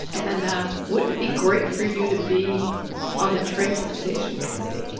and wouldn't it be great for you to be on the transportation committee?